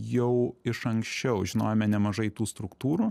jau iš anksčiau žinojome nemažai tų struktūrų